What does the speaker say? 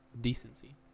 Decency